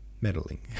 meddling